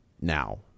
now